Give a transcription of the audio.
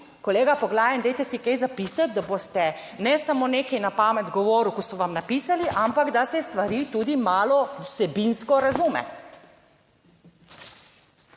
Kolega Poglajen, dajte si kaj zapisati, da boste ne samo nekaj na pamet govoril, ko so vam napisali, ampak da se stvari tudi malo vsebinsko razume.